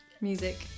music